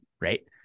right